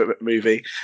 movie